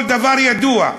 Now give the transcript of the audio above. כל דבר ידוע,